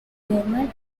german